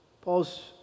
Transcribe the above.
Paul's